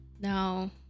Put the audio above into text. now